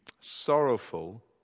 Sorrowful